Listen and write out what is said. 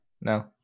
No